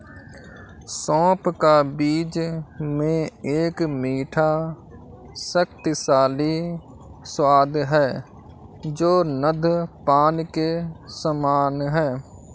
सौंफ का बीज में एक मीठा, शक्तिशाली स्वाद है जो नद्यपान के समान है